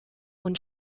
und